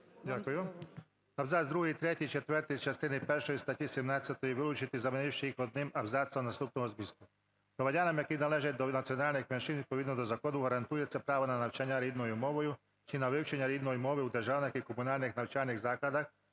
третій, четвертий частини першої статті 17 вилучити замінивши їх одним абзацом наступного змісту: "Громадянам, які належать до національних меншин, відповідно до закону гарантується право на навчання рідною мовою чи на вивчення рідної мови у державних і комунальних навчальних закладах